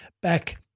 back